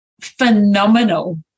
phenomenal